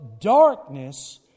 darkness